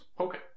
Okay